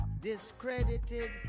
discredited